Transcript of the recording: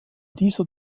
dieser